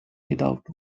without